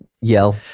yell